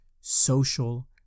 social